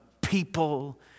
people